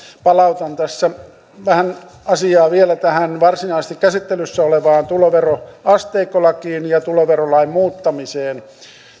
palautan tässä vähän asiaa vielä tähän varsinaisesti käsittelyssä olevaan tuloveroasteikkolakiin ja tuloverolain muuttamiseen